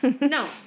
No